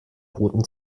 roten